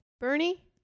Bernie